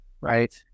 right